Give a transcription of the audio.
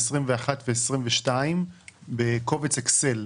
2021 ו-2022 בקובץ אקסל,